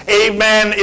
amen